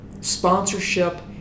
sponsorship